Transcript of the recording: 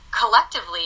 collectively